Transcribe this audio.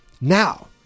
Now